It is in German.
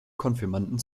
konfirmanden